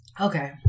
Okay